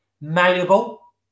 malleable